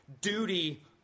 duty